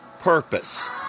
purpose